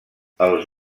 els